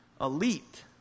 elite